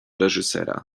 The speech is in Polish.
reżysera